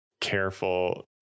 careful